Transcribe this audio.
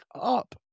up